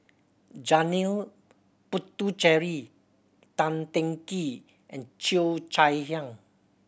Janil Puthucheary Tan Teng Kee and Cheo Chai Hiang